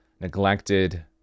neglected